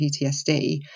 PTSD